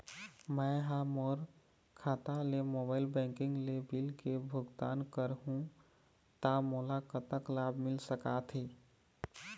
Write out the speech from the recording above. मैं हा मोर खाता ले मोबाइल बैंकिंग ले बिल के भुगतान करहूं ता मोला कतक लाभ मिल सका थे?